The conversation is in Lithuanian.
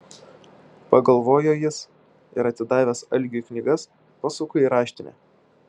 pagalvojo jis ir atidavęs algiui knygas pasuko į raštinę